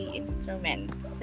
instruments